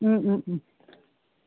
ও ও